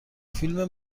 فیلم